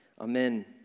Amen